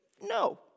No